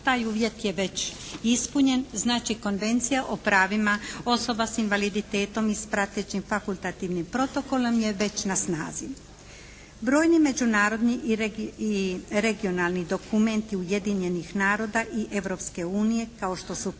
Taj uvjete je već ispunjen. Znači Konvencija o pravima osoba sa invaliditetom i pratećim fakultativnim protokolom je već na snazi. Brojni međunarodni i regionalni dokumenti Ujedinjenih naroda i Europske unije kao što su povelje,